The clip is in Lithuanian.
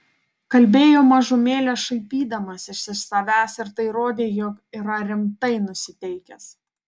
kalbėjo mažumėlę šaipydamasis iš savęs ir tai rodė jog yra rimtai nusiteikęs